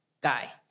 guy